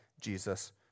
Jesus